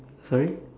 sorry